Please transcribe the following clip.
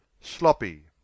Sloppy